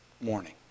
morning